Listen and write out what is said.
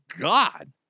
God